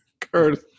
Curtis